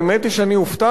האמת היא שהופתעתי,